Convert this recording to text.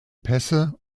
pässe